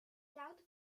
laute